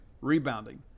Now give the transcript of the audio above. rebounding